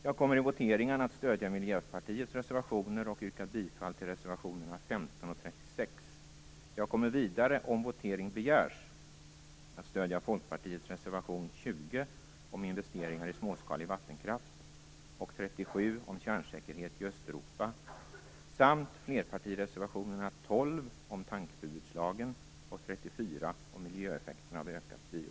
Jag kommer i voteringarna att stödja Miljöpartiets reservationer och yrkar bifall till reservationerna 15 och 36. Jag kommer vidare, om votering begärs, att stödja Folkpartiets reservationer 20